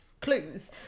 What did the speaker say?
clues